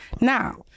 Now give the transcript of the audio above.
Now